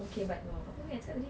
okay but no apa nak cakap tadi